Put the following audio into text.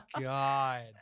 God